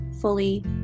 fully